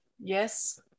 yes